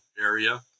area